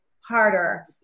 harder